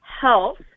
health